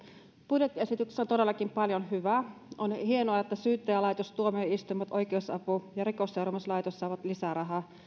budjettiesityksessä on todellakin paljon hyvää on hienoa että syyttäjälaitos tuomioistuimet oikeusapu ja rikosseuraamuslaitos saavat lisää rahaa